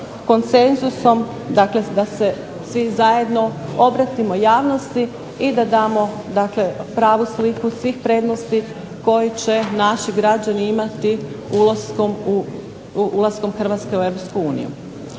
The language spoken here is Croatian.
konsenzusom da se svi zajedno obratimo javnosti i da damo pravu sliku svih prednosti koji će naši građani imati ulaskom Hrvatske u EU.